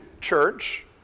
church